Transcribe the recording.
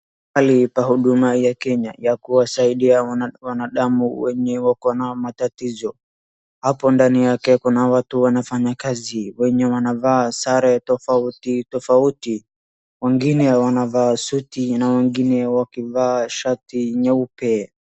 Mahali pa huduma ya Kenya ya kuwasaidia wanadamu wenye wako na matatizo. Hapo ndani yake kuna watu wanafanya kazi wenye wanavaa sare tofauti tofauti. Wengine wanavaa suti na wengine wakivaa shati nyeupe.